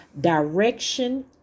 direction